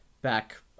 back